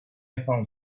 found